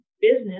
business